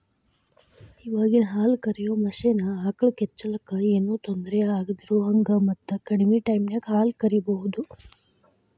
ಇವಾಗಿನ ಹಾಲ ಕರಿಯೋ ಮಷೇನ್ ಆಕಳ ಕೆಚ್ಚಲಕ್ಕ ಏನೋ ತೊಂದರೆ ಆಗದಿರೋಹಂಗ ಮತ್ತ ಕಡಿಮೆ ಟೈಮಿನ್ಯಾಗ ಹಾಲ್ ಕರಿಬಹುದು